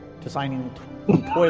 designing